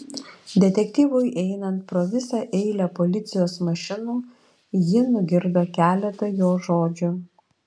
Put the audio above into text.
detektyvui einant pro visą eilę policijos mašinų ji nugirdo keletą jo žodžių